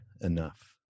enough